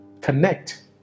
connect